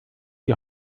die